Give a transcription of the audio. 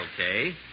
Okay